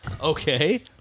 Okay